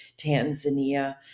Tanzania